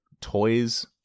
toys